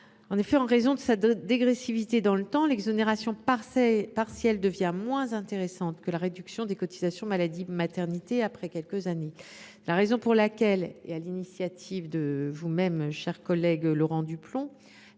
En effet, en raison de sa dégressivité dans le temps, l’exonération partielle devient moins intéressante que la réduction des cotisations maladie maternité après quelques années. C’est la raison pour laquelle, sur l’initiative de notre collègue Laurent Duplomb,